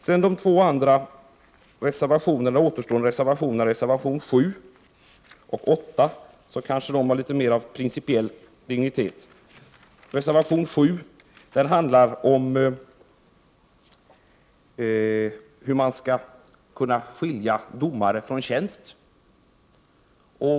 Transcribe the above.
De andra två reservationerna från moderaterna, reservationerna 7 och 8, är kanske av något mer principiell dignitet. Reservation 7 handlar om hur man skall kunna skilja domare från tjänsten.